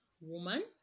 woman